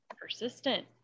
persistent